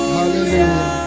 Hallelujah